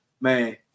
man